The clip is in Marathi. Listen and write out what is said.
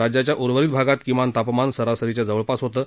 राज्याच्या उर्वरित भागात किमान तापमान सरासरीच्या जवळपास होतं